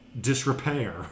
disrepair